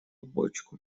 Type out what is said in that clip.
бочку